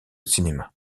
cinéma